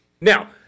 Now